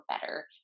better